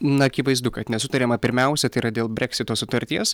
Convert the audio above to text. na akivaizdu kad nesutariama pirmiausia tai yra dėl breksito sutarties